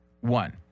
One